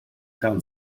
town